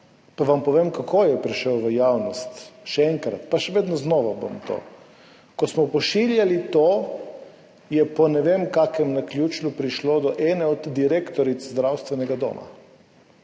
pa vam povem, kako je prišel v javnost, še enkrat, pa še vedno znova bom. Ko smo to pošiljali, je po ne vem kakšnem naključju prišlo do ene od direktoric zdravstvenega doma,